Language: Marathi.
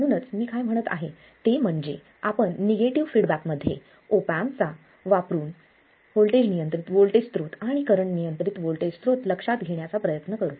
म्हणूनच मी काय म्हणत आहे ते म्हणजे आपण निगेटिव फीडबॅक मध्ये ऑप एम्प वापरुन व्होल्टेज नियंत्रित व्होल्टेज स्रोत आणि करंट नियंत्रित व्होल्टेज स्त्रोत लक्षात घेण्याचा प्रयत्न करू